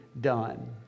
done